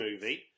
movie